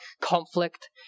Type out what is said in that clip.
conflict